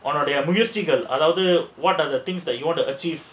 உன்னோட முயற்சிகள் அதாவது:unnoda muyarchigal adhaavathu what are the things that you want to achieve